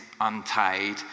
untied